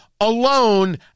alone